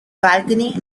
balcony